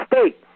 state